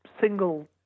single